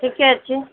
ठीके छी